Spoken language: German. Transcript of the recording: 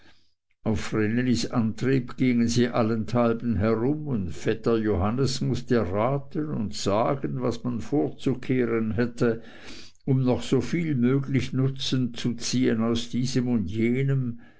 auf vrenelis antrieb gingen sie allenthalben herum und vetter johannes mußte raten und sagen was man vorzukehren hätte um noch so viel möglich nutzen zu ziehen aus diesem und jenem